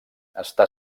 està